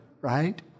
right